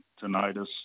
tinnitus